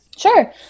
Sure